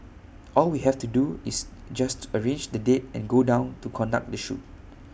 all we have to do is just arrange the date and go down to conduct the shoot